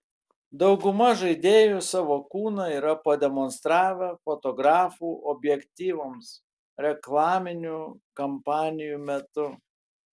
dauguma žaidėjų savo kūną yra pademonstravę fotografų objektyvams reklaminių kampanijų metu